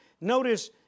Notice